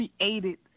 created